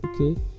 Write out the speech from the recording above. okay